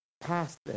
past